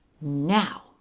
Now